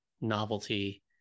novelty